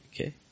Okay